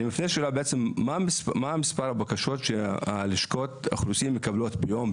מה מספר הבקשות שלשכות האוכלוסין מקבלות ביום,